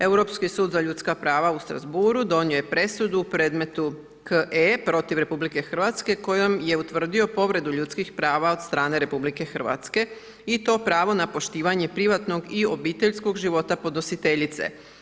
Europski sud za ljudska prava u Strasburu donio je presudu u predmetu K.E. protiv RH kojom je utvrdio povredu ljudskih prava od strane RH i to pravo na poštivanje privatnog i obiteljskog života podnositeljice.